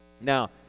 Now